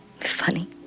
Funny